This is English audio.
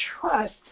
trust